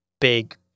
big